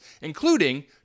including